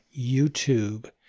YouTube